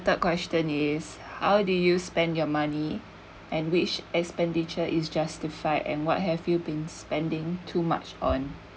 third question is how do you spend your money and which expenditure is justified and what have you been spending too much on